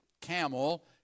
camel